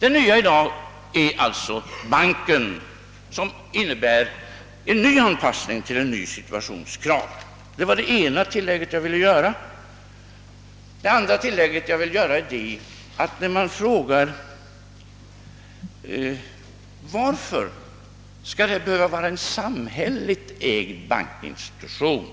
Det nya i dag är alltså banken som innebär ytterligare en anpassning till en ny situations krav. Det andra tillägget till mitt anförande som jag vill göra gäller frågan: Varför skall det behöva vara en samhällsägd bankinstitution?